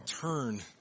Turn